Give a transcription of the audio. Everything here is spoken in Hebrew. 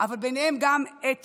אבל בהם גם את